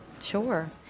Sure